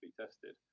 tested